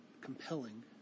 compelling